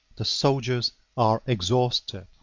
the soldiers are exhausted.